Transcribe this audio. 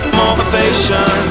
motivation